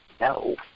No